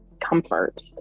comfort